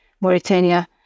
Mauritania